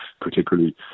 particularly